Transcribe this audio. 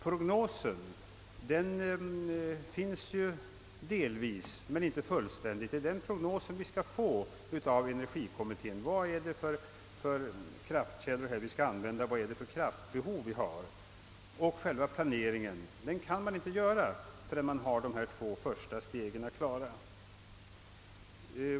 Prognosen finns ju delvis, men inte fullständigt. Det är en sådan prognos vi skall få av energikommittén, nämligen vilka kraftkällor vi skall använda och vilket kraftbehov vi har. Själva planeringen kan inte göras förrän de två första stegen är klara.